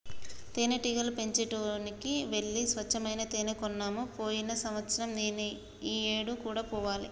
తేనెటీగలు పెంచే చోటికి వెళ్లి స్వచ్చమైన తేనే కొన్నాము పోయిన సంవత్సరం ఈ ఏడు కూడా పోవాలి